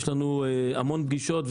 יש לנו המון פגישות.